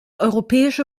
europäische